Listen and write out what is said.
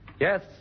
Yes